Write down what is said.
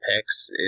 picks